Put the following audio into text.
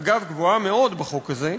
אגב, גבוהה מאוד בחוק הזה: